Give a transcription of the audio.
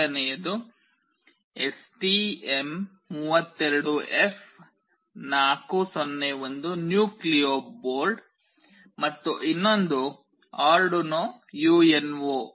ಮೊದಲನೆಯದು STM32F401 nucleo board ಮತ್ತು ಇನ್ನೊಂದು ಆರ್ಡುನೊ ಯುಎನ್ಒ